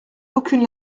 aucune